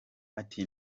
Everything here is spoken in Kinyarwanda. ati